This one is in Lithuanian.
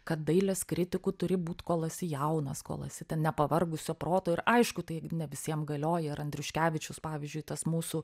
kad dailės kritiku turi būt kol esi jaunas kol esi ten nepavargusio proto ir aišku tai ne visiem galioja ir andriuškevičius pavyzdžiui tas mūsų